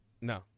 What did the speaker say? No